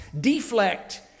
deflect